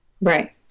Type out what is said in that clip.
Right